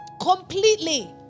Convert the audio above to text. completely